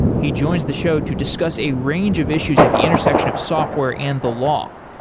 he joins the show to discuss a range of issues at the intersection of software and the law,